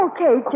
Okay